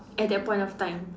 at that point of time